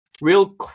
real